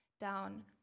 down